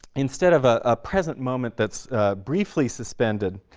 instead of a ah present moment that's briefly suspended,